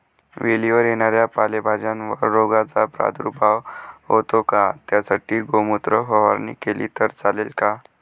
वेलीवर येणाऱ्या पालेभाज्यांवर रोगाचा प्रादुर्भाव होतो का? त्यासाठी गोमूत्र फवारणी केली तर चालते का?